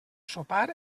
sopar